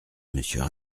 monsieur